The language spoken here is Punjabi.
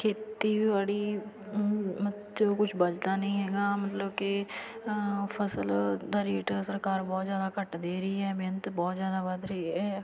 ਖੇਤੀਬਾੜੀ 'ਚੋਂ ਕੁਛ ਬਚਦਾ ਨਹੀਂ ਹੈਗਾ ਮਤਲਬ ਕਿ ਫਸਲ ਦਾ ਰੇਟ ਸਰਕਾਰ ਬਹੁਤ ਜ਼ਿਆਦਾ ਘੱਟ ਦੇ ਰਹੀ ਹੈ ਮਿਹਨਤ ਬਹੁਤ ਜ਼ਿਆਦਾ ਵੱਧ ਰਹੀ ਹੈ